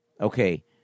Okay